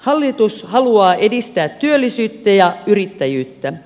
hallitus haluaa edistää työllisyyttä ja yrittäjyyttä